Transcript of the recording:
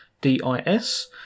D-I-S